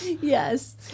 Yes